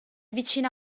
vicina